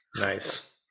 Nice